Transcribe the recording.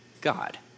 God